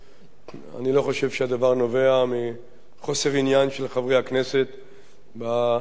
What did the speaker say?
אני לא חושב שהדבר נובע מחוסר העניין של חברי הכנסת בהצעות החשובות